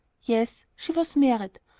yes. she was married.